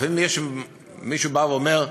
לפעמים מישהו בא ואומר: